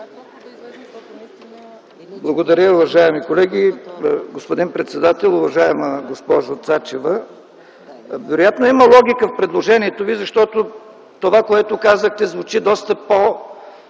Благодаря. Уважаеми колеги, господин председател, уважаема госпожо Цачева! Вероятно има логика в предложението Ви, защото това което казахте, звучи доста по-коректно